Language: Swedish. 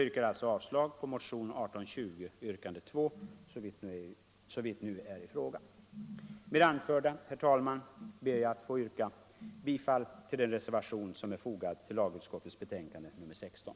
Med det anförda, herr talman, ber jag att få yrka bifall till den reservation som är fogad till lagutskottets betänkande nr 16.